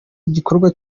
igikorwa